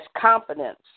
confidence